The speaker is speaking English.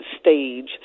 stage